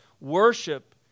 Worship